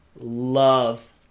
love